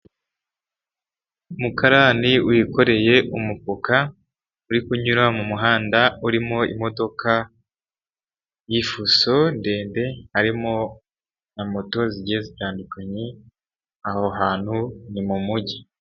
Umukarani wikoreye umufuka uri kunyura mu muhanda urimo imodoka y'ifuso ndende harimo na moto zigiye zitandukanye, aho hantu ni mu Mujyi.